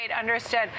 understood